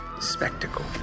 spectacle